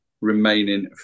remaining